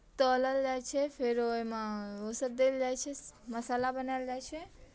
तरल जाइत छै फेरो ओहिमे ओसभ देल जाइत छै मसाला बनायल जाइत छै